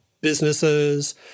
businesses